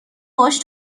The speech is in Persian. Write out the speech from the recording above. باهاش